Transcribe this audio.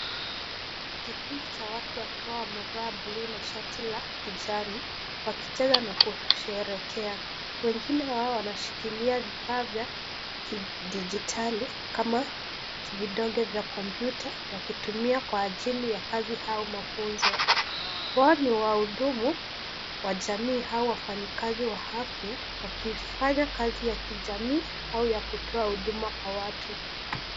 Kikundi cha watu wakiwa wamevaa bluu na shati la kijani wakicheza na kusherehekea, wengine wao wanashikilia vifaa vya kidijitali kama vidonge vya kompyuta wakitumia kwa ajili ya kazi au mafunzo, wao ni wahudumu wa jamii au wafanyikazi wa afya wakifanya kazi ya kijamii au ya kutoa huduma kwa watu.